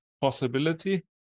possibility